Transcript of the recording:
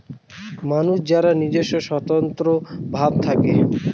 মানুষ যার নিজস্ব স্বতন্ত্র ভাব থাকে